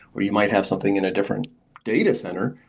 or you might have something in a different datacenter,